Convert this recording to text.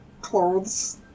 clothes